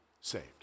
saved